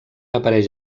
apareix